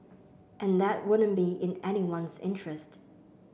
and that wouldn't be in anyone's interest